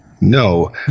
no